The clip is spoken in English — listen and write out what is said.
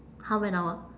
half an hour